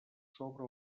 sobre